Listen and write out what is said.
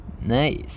Nice